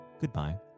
goodbye